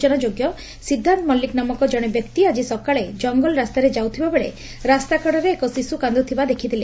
ସ୍ଚନାଯୋଗ୍ୟ ସିଦ୍ଧାନ୍ତ ମଲ୍କିକ ନାମକ ଜଣେ ବ୍ୟକ୍ତି ଆଜି ସକାଳେ ଜଙ୍ଗଲ ରାସ୍ତାରେ ଯାଉଥିବାବେଳେ ରାସ୍ତାକଡ଼ରେ ଏକ ଶିଶୁ କାନ୍ଦୁଥିବା ଦେଖିଥିଲେ